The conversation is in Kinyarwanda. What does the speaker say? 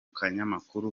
kanyamakuru